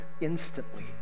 instantly